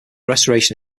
restoration